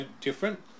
different